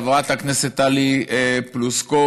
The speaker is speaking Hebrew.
חברת הכנסת טלי פלוסקוב,